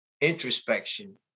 introspection